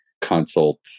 consult